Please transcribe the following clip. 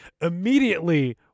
immediately